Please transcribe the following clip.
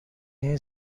این